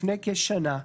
לפני כשנה,